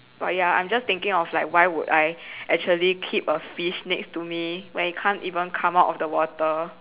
but ya I'm just thinking of like why would I actually keep a fish next to me when it can't even come out of the water